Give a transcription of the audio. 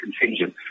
contingent